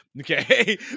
Okay